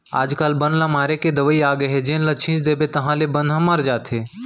आजकाल बन ल मारे के दवई आगे हे जेन ल छिंच देबे ताहाँले बन ह मर जाथे